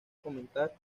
comentar